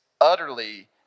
utterly